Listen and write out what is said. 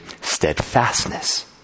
steadfastness